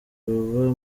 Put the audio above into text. baba